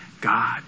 God